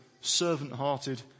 servant-hearted